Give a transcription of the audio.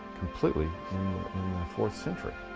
completely in the fourth century.